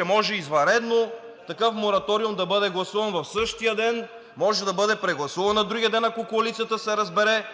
– може извънредно такъв мораториум да бъде гласуван в същия ден, може да бъде прегласуван на другия ден, и ако коалицията се разбере